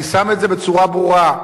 אני שם את זה בצורה ברורה.